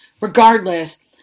regardless